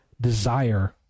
desire